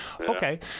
Okay